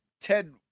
Ted